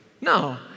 No